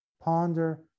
ponder